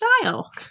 style